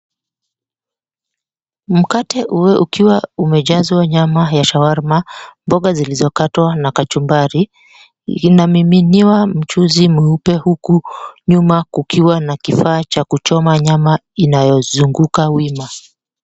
Mkate huu ukiwa umejazwa nyama ya shawarma, mboga zilizokatwa na kachumbari. Inamiminiwa mchuzi mweupe huku nyuma kukiwa na kifaa cha kuchoma nyama inayozunguka wima.